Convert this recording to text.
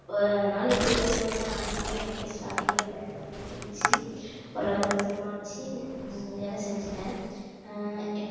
அந்த நாள் எப்படி போக போகுதுன்னு ஆரம்பத்திலையே எனக்கே ஸ்டார்டிங்லியே பயமாகதான் இருந்துச்சு ஓரளவுக்கு சமாளிச்சு வேலை செஞ்சுட்டேன்